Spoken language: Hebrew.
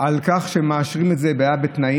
על כך שמאשרים את זה, והיו תנאים.